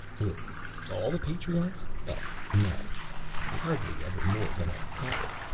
who all the patriarchs? oh, no hardly ever more than a couple.